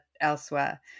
elsewhere